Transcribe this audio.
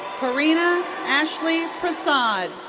kareena ashly prasad.